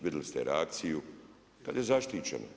Vidjeli ste reakciju kad je zaštićena.